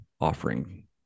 offering